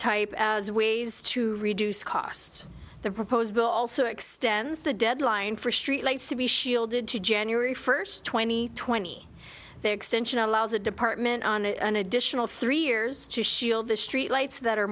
type as ways to reduce costs the proposed bill also extends the deadline for street lights to be shielded to january first twenty twenty there extension allows the department on an additional three years to shield the street lights that are